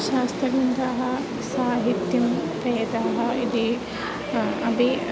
शास्त्रग्रन्थाः साहित्यं वेदाः इति अपि